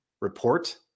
report